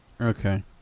Okay